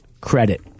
credit